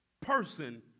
person